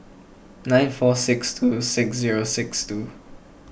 nine four six two six zero six two